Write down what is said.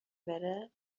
بره